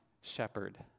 Shepherd